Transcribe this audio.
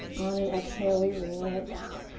on an exhale, we rain it down.